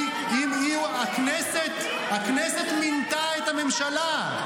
הכנסת מינתה את הממשלה,